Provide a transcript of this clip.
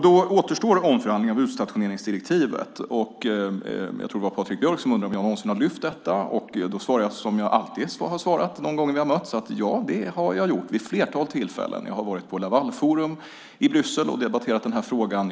Då återstår omförhandling av utstationeringsdirektivet. Jag tror att det var Patrik Björck som undrade om jag någonsin har lyft fram detta. Då svarar jag som jag alltid har svarat de gånger vi har mötts: Ja, det har jag gjort vid ett flertal tillfällen. Jag har varit på Lavalforum i Bryssel och debatterat den här frågan.